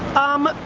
um,